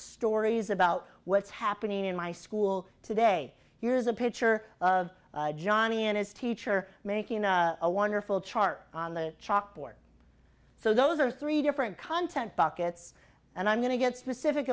stories about what's happening in my school today here's a picture of johnny and his teacher making a wonderful chart on the chalkboard so those are three different content buckets and i'm going to get specific